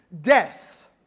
death